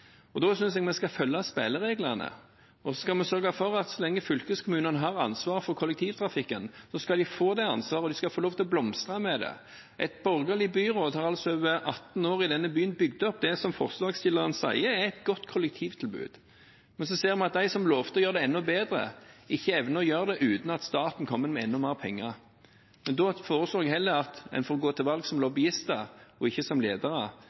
Da synes jeg vi skal følge spillereglene, og så skal vi sørge for at så lenge fylkeskommunene har ansvaret for kollektivtrafikken, skal de få det ansvaret, og de skal få lov til å blomstre med det. Et borgerlig byråd har altså i over 18 år i denne byen bygd opp det som forslagsstilleren sier er et godt kollektivtilbud, men så ser vi at de som lovte å gjøre det enda bedre, ikke evner å gjøre det uten at staten kommer med enda mer penger. Da foreslår jeg heller at en får gå til valg som lobbyister og ikke som ledere,